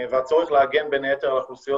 ועל הצורך להגן בין היתר על אוכלוסיות